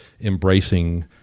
embracing